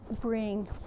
bring